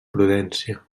prudència